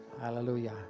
Hallelujah